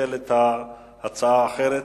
לנצל את ההצעה האחרת.